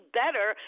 better